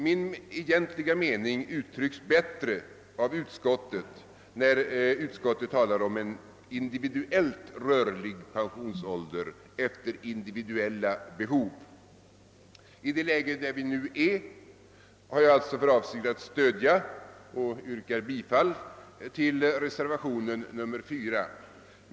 Min egentliga mening uttrycks bättre av utskottet, när detta talar om en individuellt rörlig pensionsålder efter individuella behov. I det läge vi nu befinner oss har jag för avsikt att stödja och yrka bifall till reservationen 4.